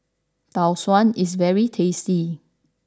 Tau Suan is very tasty